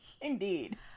Indeed